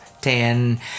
ten